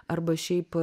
arba šiaip